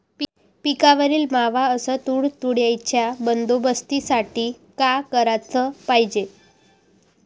पिकावरील मावा अस तुडतुड्याइच्या बंदोबस्तासाठी का कराच पायजे?